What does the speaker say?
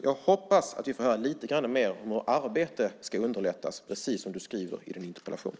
Jag hoppas att vi får höra lite grann mer om hur arbete ska underlättas, precis som du skriver i din interpellation.